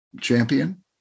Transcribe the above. champion